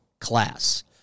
class